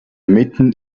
mitten